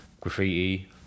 Graffiti